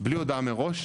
בלי הודעה מראש,